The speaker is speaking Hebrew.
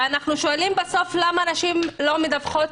בסוף אנחנו שואלים למה נשים לא מדווחות.